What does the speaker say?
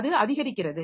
அது அதிகரிக்கிறது